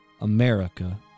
America